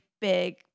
big